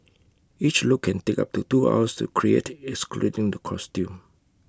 each look can take up to two hours to create excluding the costume